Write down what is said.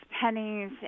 pennies